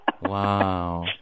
Wow